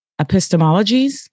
epistemologies